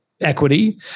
equity